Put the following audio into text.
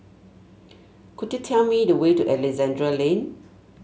could you tell me the way to Alexandra Lane